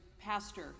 pastor